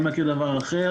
אני מכיר דבר אחר